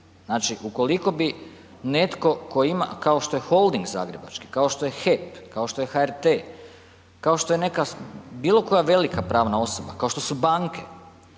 Znači, ukoliko bi netko tko ima, kao što je holding zagrebački, kao što je HEP, kao što je HRT, kao što je neka, bilo koja velika pravna osoba, kao što su banke,